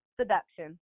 seduction